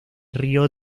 río